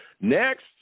Next